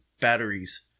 batteries